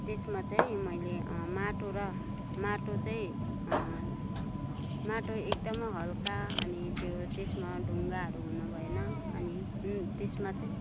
त्यसमा चाहिँ मैले माटो र माटो चाहिँ माटो एकदमै हल्का अनि त्यो त्यसमा ढुङ्गाहरू हुनुभएन अनि त्यसमा चाहिँ